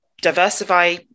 diversify